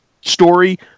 story